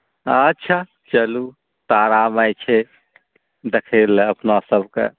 अच्छा चलू तारा माय छै देखै लए अपना सभके